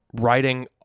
writing